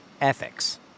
ethics